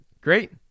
Great